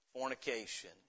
fornication